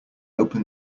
open